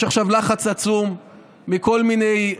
יש עכשיו לחץ עצום מכל מיני,